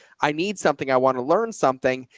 i need something. i want to learn something.